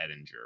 Edinger